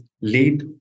lead